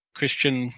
Christian